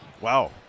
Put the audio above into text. Wow